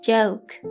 Joke